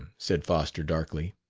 said foster darkly.